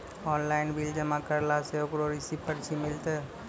Online bill जमा करला से ओकरौ रिसीव पर्ची मिलतै?